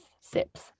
Sips